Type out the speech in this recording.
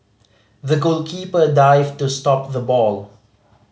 the goalkeeper dived to stop the ball